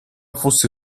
fosse